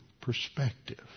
perspective